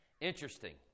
Interesting